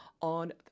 on